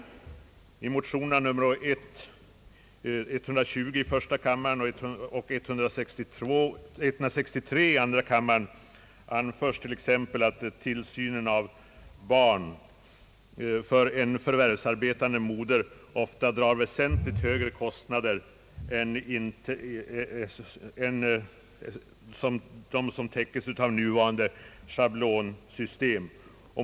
I motionerna I: 120 och II: 163 anförs t.ex. att tillsynen av barn för en förvärvsarbetande moder ofta drar väsentligt högre kostnader än vad som täcks av nuvarande schablonsystem.